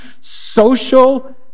social